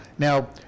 Now